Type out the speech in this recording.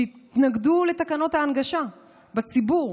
שהתנגדו לתקנות ההנגשה בציבור.